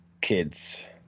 kids